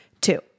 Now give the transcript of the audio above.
Two